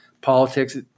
politics